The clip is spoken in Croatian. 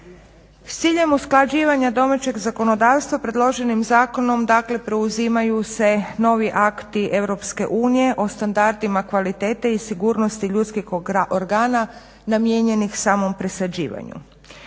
S ciljem usklađivanja domaćeg zakonodavstva predloženim zakonom dakle preuzimaju se novi akti EU o standardima kvalitete i sigurnosti ljudskih organa namijenjenih samom presađivanju.